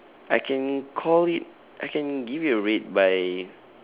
I can call it I can give you a rate by